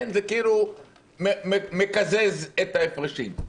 כן, זה כאילו מקזז את ההפרשים.